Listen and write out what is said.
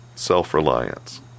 self-reliance